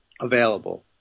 Available